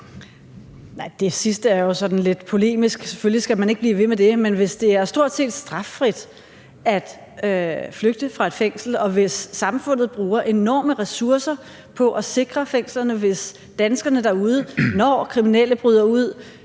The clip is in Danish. Det sidste er jo sådan lidt polemisk. Selvfølgelig skal man ikke blive ved med det. Men hvis det er stort set straffrit at flygte fra et fængsel, og hvis samfundet bruger enorme ressourcer på at sikre fængslerne, og hvis danskerne derude, når kriminelle bryder ud,